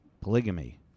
Polygamy